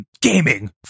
Gaming